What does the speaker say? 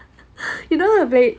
you don't know how to play